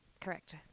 correct